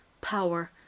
power